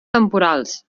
temporals